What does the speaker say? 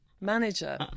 manager